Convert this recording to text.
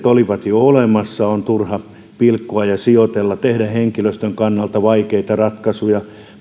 olivat jo olemassa on turha pilkkoa ja sijoitella tehdä henkilöstön kannalta vaikeita ratkaisuja